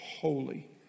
holy